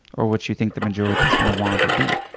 or what you think the majority is gonna want or be.